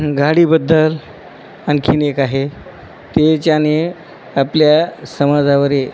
गाडीबद्दल आणखीन एक आहे त्याच्याने आपल्या समाजावर